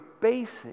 basic